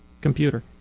computer